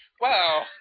Wow